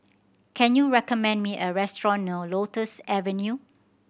can you recommend me a restaurant near Lotus Avenue